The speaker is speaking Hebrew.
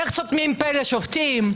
איך סותמים פה לשופטים,